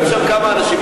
היו חתומים שם כמה אנשים,